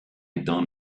done